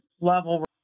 level